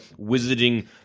wizarding